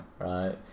Right